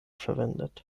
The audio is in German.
verwendet